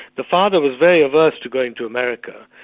the father was very averse to going to america.